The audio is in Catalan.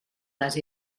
les